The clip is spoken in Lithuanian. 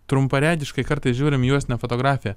trumparegiškai kartais žiūrim į juostinę fotografiją